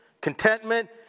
contentment